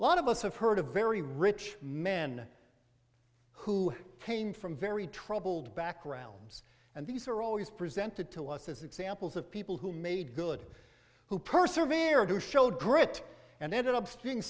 a lot of us have heard a very rich man who came from very troubled backgrounds and these are always presented to us as examples of people who made good who purser vera who showed grit and ended up spewing